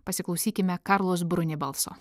pasiklausykime karlos brunė balso